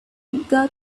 got